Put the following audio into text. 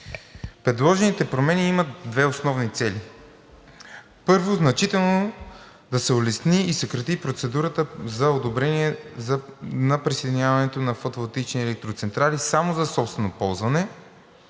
Предложените промени имат две основни цели. Първо, значително да се улесни и съкрати процедурата за одобрение на присъединяването на фотоволтаични електроцентрали само за собствено ползване